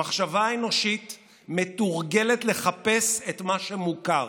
המחשבה האנושית מתורגלת לחפש את מה שמוכר,